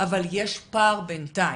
אבל יש פער בינתיים.